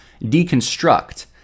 deconstruct